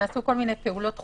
נעשו כל מיני פעולות דחופות.